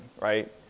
right